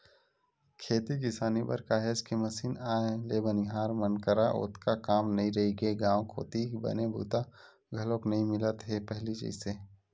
खेती किसानी बर काहेच के मसीन आए ले बनिहार मन करा ओतका काम नइ रहिगे गांव कोती बने बूता घलोक नइ मिलत हे पहिली जइसे